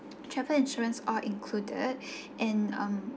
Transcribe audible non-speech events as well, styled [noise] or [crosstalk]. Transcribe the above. travel insurance all included [breath] and um